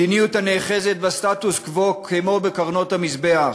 מדיניות הנאחזת בסטטוס-קוו כמו בקרנות המזבח.